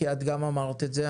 גם את אמרת את זה,